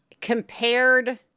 Compared